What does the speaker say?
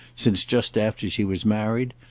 since just after she was married,